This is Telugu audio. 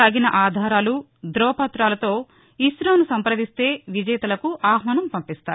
తగిన ఆధారాలు ద్రువపతాలతో ఇసోను సంప్రదిస్తే విజేతలకు ఆహ్వానం పంపిస్తారు